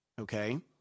Okay